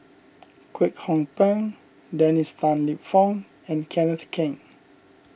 Kwek Hong Png Dennis Tan Lip Fong and Kenneth Keng